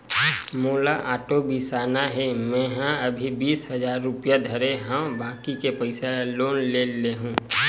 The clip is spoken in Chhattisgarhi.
मोला आटो बिसाना हे, मेंहा अभी बीस हजार रूपिया धरे हव बाकी के पइसा ल लोन ले लेहूँ